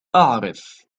أعرف